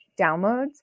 downloads